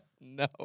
No